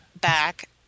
back